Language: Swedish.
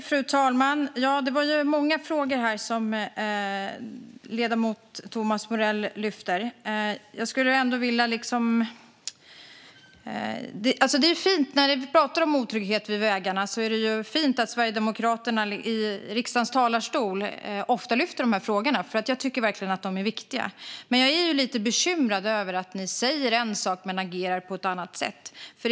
Fru talman! Ledamot Thomas Morell ställde många frågor. När det gäller otrygghet vid vägarna är det fint att Sverigedemokraterna ofta lyfter fram dessa frågor i riksdagens talarstol. Jag tycker verkligen att de är viktiga. Men jag är lite bekymrad över att ni säger en sak men agerar på ett annat sätt.